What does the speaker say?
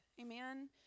Amen